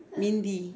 மிந்தி:minthi